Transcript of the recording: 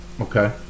Okay